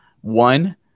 one